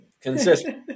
consistent